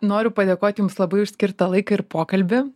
noriu padėkoti jums labai už skirtą laiką ir pokalbį